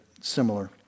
similar